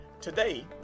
Today